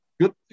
Good